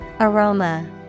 Aroma